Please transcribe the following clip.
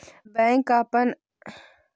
bank अपन ग्राहक के कईक प्रकार के ऋण प्रदान करऽ हइ